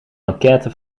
maquette